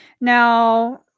Now